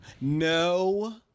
No